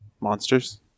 Monsters